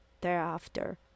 thereafter